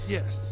Yes